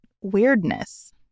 weirdness